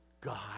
God